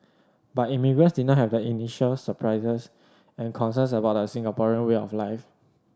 but immigrants did not have the initial surprises and concerns about the Singaporean way of life